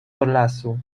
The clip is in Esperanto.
forlasu